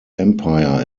empire